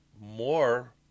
more